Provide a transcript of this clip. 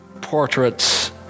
portraits